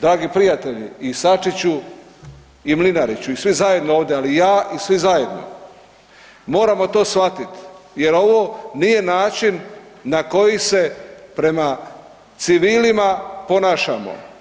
Dragi prijatelji, i Sačiću i Mlinariću i svi zajedno, ali i ja i svi zajedno moramo to shvatiti jer ovo nije način na koji se prema civilima ponašamo.